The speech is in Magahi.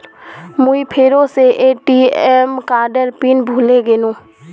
मुई फेरो से ए.टी.एम कार्डेर पिन भूले गेनू